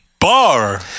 Bar